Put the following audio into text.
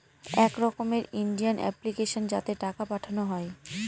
এক রকমের Indian application যাতে টাকা পাঠানো হয়